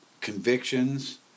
convictions